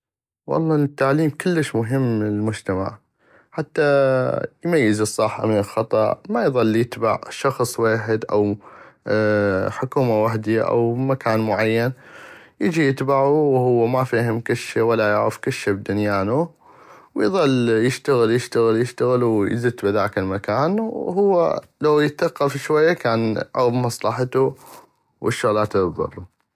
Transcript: والله التعليم كلش مهم للمجتمع حتى يميز الصح من الخطا ما اظل يتبع شخص ويحد او حكومة وحدي او مكان معين يجي يتبعو وهو ما فيهم كلشي ولا يعغف كلشي بدنيانو ويظل يشتغل يشتغل يشتغل وبزت بهذاك المكان وهو لو يتثقف شوي كان عغف مصلحتو والشغلات الي تضر.